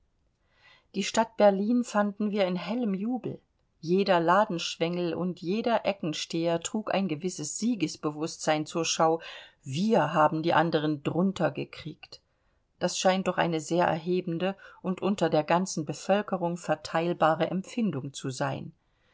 die stadt berlin fanden wir in hellem jubel jeder ladenschwengel und jeder eckensteher trug ein gewisses siegesbewußtsein zur schau wir haben die andern drunter gekriegt das scheint doch eine sehr erhebende und unter der ganzen bevölkerung verteilbare empfindung zu sein